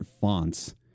fonts